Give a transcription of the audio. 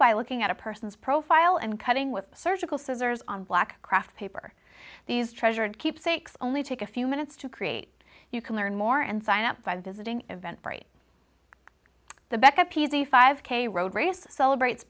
by looking at a person's profile and cutting with surgical scissors on black craft paper these treasured keepsakes only take a few minutes to create you can learn more and sign up by visiting event break the back up easy five k road race celebrates